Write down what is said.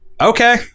okay